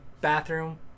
bathroom